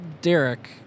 Derek